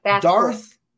Darth